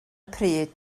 pryd